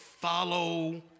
follow